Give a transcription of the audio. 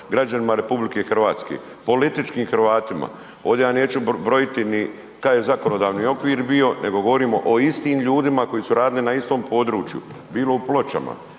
građanima RH, političkim Hrvatima. Ovde vam neću brojiti ni kad je zakonodavni okvir bio, nego govorimo o istim ljudima koji su radili na istom području bilo u Pločama,